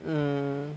mm